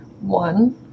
One